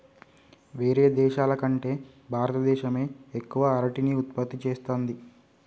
వేరే దేశాల కంటే భారత దేశమే ఎక్కువ అరటిని ఉత్పత్తి చేస్తంది